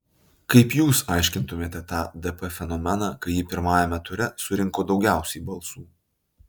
kaip jūs aiškintumėte tą dp fenomeną kai ji pirmajame ture surinko daugiausiai balsų